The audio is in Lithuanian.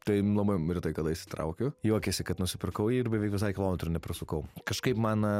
tai labai retai kada išsitraukiu juokiasi kad nusipirkau jį ir beveik visai kilometrų neprisukau kažkaip man